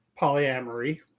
polyamory